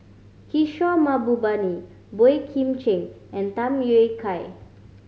Kishore Mahbubani Boey Kim Cheng and Tham Yui Kai